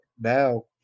Now